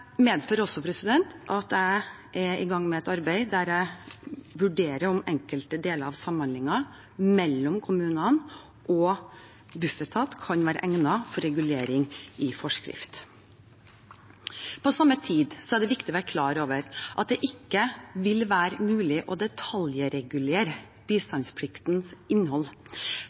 medfører også at jeg er i gang med et arbeid der jeg vurderer om enkelte deler av samhandlingen mellom kommunene og Bufetat kan være egnet for regulering i forskrift. På samme tid er det viktig å være klar over at det ikke vil være mulig å detaljregulere bistandspliktens innhold,